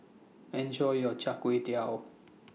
Enjoy your Char Kway Teow